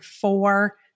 four